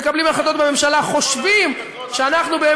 מקבלים החלטות בממשלה,